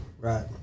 right